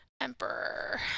Emperor